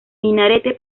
minarete